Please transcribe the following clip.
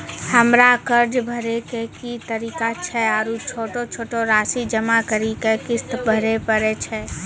हमरा कर्ज भरे के की तरीका छै आरू छोटो छोटो रासि जमा करि के किस्त भरे पारे छियै?